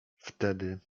wtedy